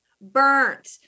burnt